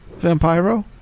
Vampiro